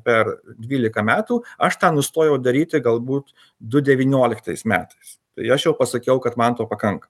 per dvylika metų aš tą nustojau daryti galbūt du devynioliktais metais tai aš jau pasakiau kad man to pakanka